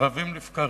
ערבים לבקרים,